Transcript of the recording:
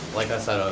like i said,